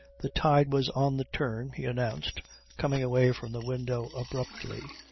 the tide was on the turn, he announced coming away from the window abruptly.